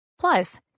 Plus